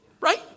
Right